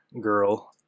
girl